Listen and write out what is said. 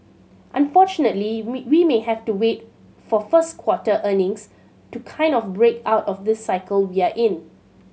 unfortunately we we may have to wait for first quarter earnings to kind of break out of the cycle we're in